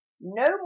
no